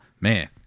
man